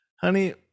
Honey